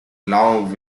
along